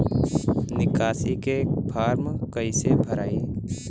निकासी के फार्म कईसे भराई?